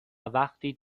وقتی